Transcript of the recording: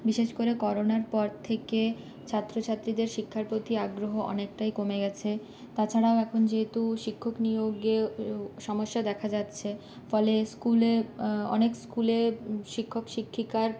বিশেষ করে করোনার পর থেকে ছাত্রছাত্রীদের শিক্ষার প্রতি আগ্রহ অনেকটাই কমে গেছে তাছাড়াও এখন যেহেতু শিক্ষক নিয়োগে সমস্যা দেখা যাচ্ছে ফলে স্কুলে অনেক স্কুলে শিক্ষক শিক্ষিকার